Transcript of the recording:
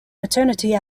paternity